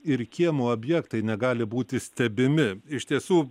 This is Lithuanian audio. ir kiemo objektai negali būti stebimi iš tiesų